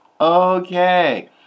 okay